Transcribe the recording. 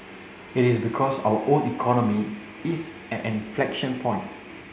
it is because our own economy is at an inflection point